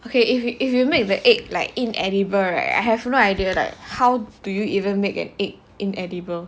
okay if you if you make the egg like in edinburgh eh I have no idea right how do you even make an egg in edinburgh